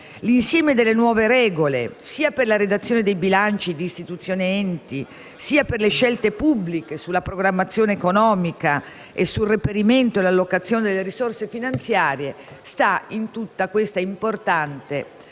L'insieme delle nuove regole, sia per la redazione dei bilanci di istituzioni ed enti, sia per le scelte pubbliche sulla programmazione economica e sul reperimento e l'allocazione delle risorse finanziarie, si inserisce in tutta questa importante